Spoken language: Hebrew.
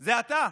זה אתה.